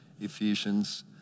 Ephesians